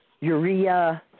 urea